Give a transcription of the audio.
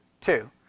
Two